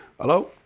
Hello